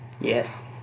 yes